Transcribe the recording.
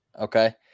okay